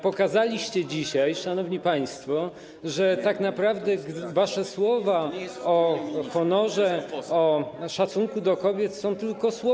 Pokazaliście dzisiaj, szanowni państwo, że tak naprawdę wasze słowa o honorze, o szacunku do kobiet są tylko słowami.